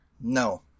No